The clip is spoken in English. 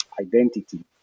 identity